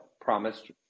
promised